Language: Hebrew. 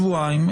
שבועיים,